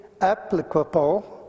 applicable